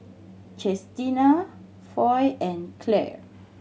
Chestina Foy and Clair